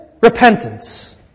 Repentance